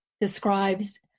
describes